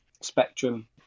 spectrum